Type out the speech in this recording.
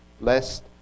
lest